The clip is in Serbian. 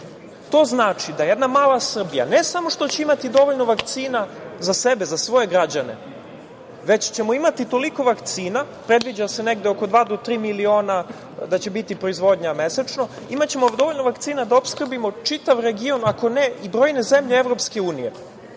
To znači da jedna mala Srbija, ne samo što će imati dovoljno vakcina za sebe, za svoje građane, već ćemo imati toliko vakcina, predviđa se oko dva do tri miliona da će biti proizvodnja mesečno, imaćemo dovoljno vakcina da opskrbimo čitav region, ako ne i brojne zemlje Evropske unije. To